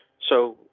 so.